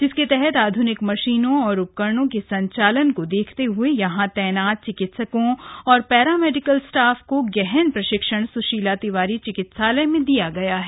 जिसके तहत आध्रनिक मशीनों और उपकरणों के संचालन को देखते हुए यहां तैनात चिकित्सकों और पैरामेडिकल स्टाफ का गहन प्रशिक्षण सुशीला तिवारी चिकित्सालय में दिया गया है